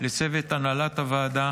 לצוות הנהלת הוועדה